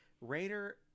Raider